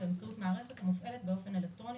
באמצעות מערכת המופעלת באופן אלקטרוני